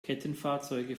kettenfahrzeuge